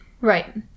Right